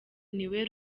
niwe